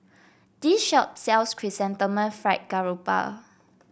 this shop sells Chrysanthemum Fried Garoupa